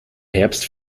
herbst